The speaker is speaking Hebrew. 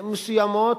מסוימות,